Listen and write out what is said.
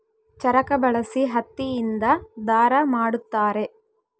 ಚರಕ ಬಳಸಿ ಹತ್ತಿ ಇಂದ ದಾರ ಮಾಡುತ್ತಾರೆ